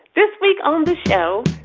this week on this show,